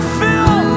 fill